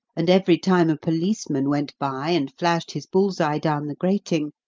and every time a policeman went by and flashed his bull's-eye down the grating,